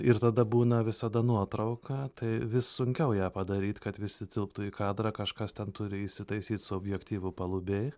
ir tada būna visada nuotrauka tai vis sunkiau ją padaryt kad visi tilptų į kadrą kažkas ten turi įsitaisyt su objektyvu palubėj